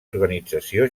organització